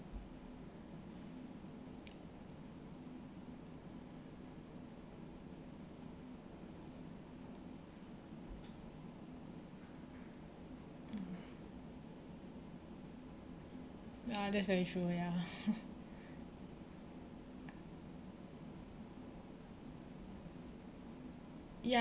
mm ya that's very true ya ya